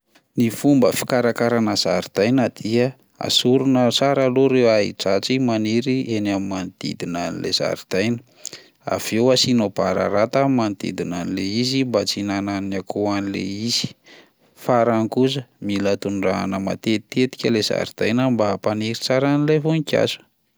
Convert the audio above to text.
Ny fomba fikarakarana zaridaina dia: asorina tsara aloha ireo ahi-dratsy maniry eny amin'ny manodidina an'ilay zaridaina, avy eo asianao bararata manodidina an'ilay izy mba tsy hihinanan'ny akoho an'ilay izy; farany kosa mila tondrahana matetitetika lay zaridaina mba hampaniry tsara an'ilay voninkazo.